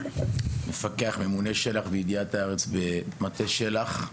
מפקח ממונה של״ח וידיעת הארץ במטה של״ח,